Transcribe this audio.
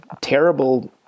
terrible